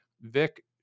Vic